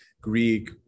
greek